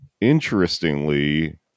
interestingly